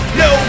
no